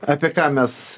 apie ką mes